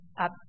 up